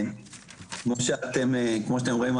כמו שאתם רואים,